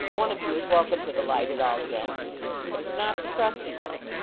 one of you is welcome to the light at all events but it's not the crusty one